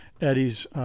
Eddie's